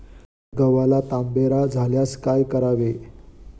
गव्हाला तांबेरा झाल्यास काय करावे?